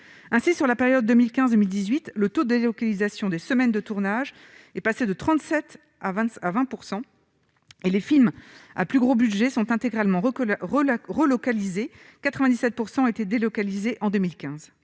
ainsi sur la période 2015, 2018, le taux de délocalisation des semaines de tournage et passer de 37 à 20 à 20 % et les films à plus gros budget sont intégralement relocaliser 97 % été délocalisée en 2015